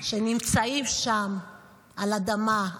שנמצאים שם על אדמה,